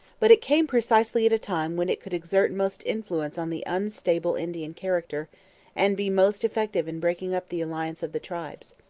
but it came precisely at a time when it could exert most influence on the unstable indian character and be most effective in breaking up the alliance of the tribes.